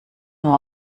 nur